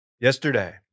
yesterday